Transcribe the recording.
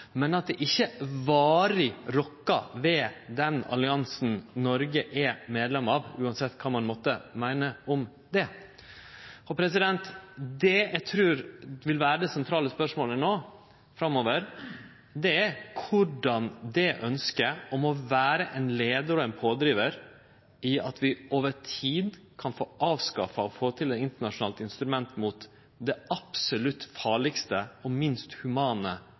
men det rokka ikkje varig ved den alliansen Noreg er medlem av, uansett kva ein måtte meine om det. Det eg trur vil vere det sentrale spørsmålet no framover, er korleis vi kan vere ein leiar og ein pådrivar i arbeidet for at vi over tid kan få avskaffa og få eit internasjonalt instrument mot det absolutt farlegaste og minst humane